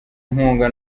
inkunga